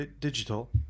digital